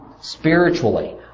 Spiritually